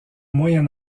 moyen